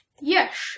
Yes